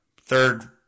third